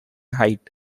height